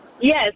Yes